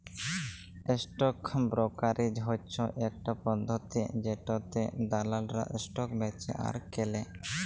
stock brokerage হচ্যে ইকটা পদ্ধতি জেটাতে দালালরা স্টক বেঁচে আর কেলে